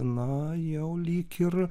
na jau lyg ir